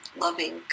loving